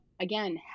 again